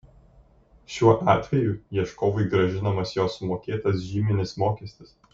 šiuo atveju ieškovui grąžinamas jo sumokėtas žyminis mokestis